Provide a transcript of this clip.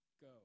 go